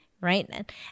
right